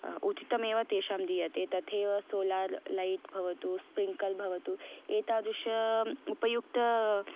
उचितमेव तेषां दीयते तथैव सोलार् लैट् भवतु स्पृङ्कल् भवतु एतादृशम् उपयुक्त